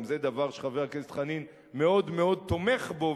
גם זה דבר שחבר הכנסת חנין מאוד מאוד תומך בו,